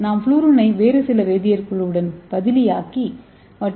நாம் ஃவுளூரைனை வேறு சில வேதியியல் குழுவுடன் பதிலி ஆக்கி மற்றும்